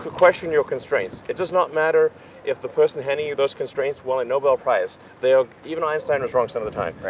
question your constraints. it does not matter if the person handing you those constraints won a nobel prize, they are, even our own standards are wrong some of the time.